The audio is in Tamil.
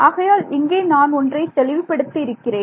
ஆகையால் இங்கே நான் ஒன்றை தெளிவுபடுத்த இருக்கிறேன்